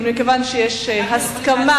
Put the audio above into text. אבל מכיוון שיש הסכמה,